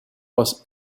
was